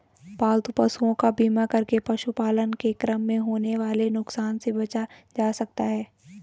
पालतू पशुओं का बीमा करके पशुपालन के क्रम में होने वाले नुकसान से बचा जा सकता है